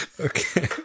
Okay